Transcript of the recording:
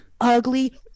Ugly